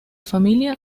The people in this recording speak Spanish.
familia